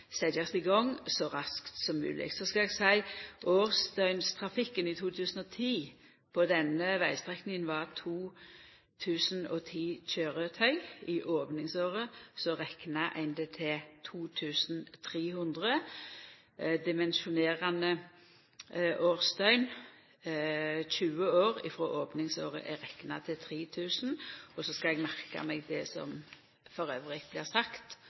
setjast i gang så raskt som mogleg. Så vil eg òg seia at årsdøgnstrafikken i 2010 på denne vegstrekninga var 2 010 køyretøy. I opningsåret reknar ein det til 2 300. Dimensjonerande årsdøgn 20 år frå opningsåret er rekna til 3 000. Eg vil merka meg for ettertida det som elles vart sagt